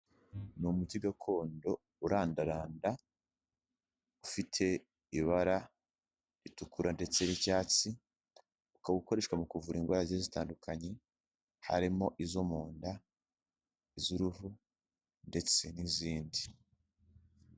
Ni umuti gakondo urandaranda ufite ibara ritukura ndetse n'icyatsi ukaba ukoreshwa mu kuvura indwara zigiye zitandukanye harimo izo mu nda, iz'uruhu, ndetse n'izindi.